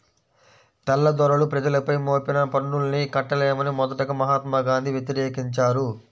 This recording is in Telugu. తెల్లదొరలు ప్రజలపై మోపిన పన్నుల్ని కట్టలేమని మొదటగా మహాత్మా గాంధీ వ్యతిరేకించారు